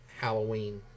halloween